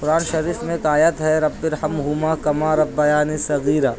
قرآن شریف میں ایک آیت ہے رب الرحم ھما کما ربیانی صغیرا